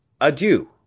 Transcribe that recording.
Adieu